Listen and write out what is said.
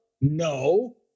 No